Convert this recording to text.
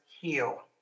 heal